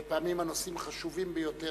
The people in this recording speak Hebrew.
פעמים הנושאים חשובים ביותר,